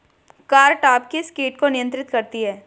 Cartap किस किट को नियंत्रित करती है?